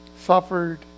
suffered